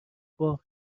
باخت